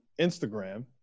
Instagram